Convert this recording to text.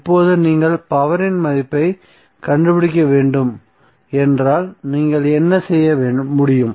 இப்போது நீங்கள் பவரின் மதிப்பைக் கண்டுபிடிக்க வேண்டும் என்றால் நீங்கள் என்ன செய்ய முடியும்